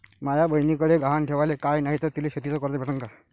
माया बयनीकडे गहान ठेवाला काय नाही तर तिले शेतीच कर्ज भेटन का?